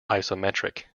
isometric